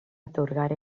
atorgar